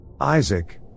Isaac